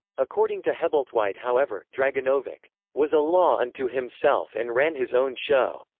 according to hebblethwaite however, draganovic was a law unto himself and ran his own show.